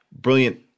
brilliant